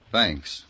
Thanks